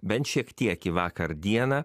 bent šiek tiek į vakar dieną